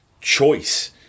choice